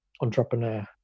entrepreneur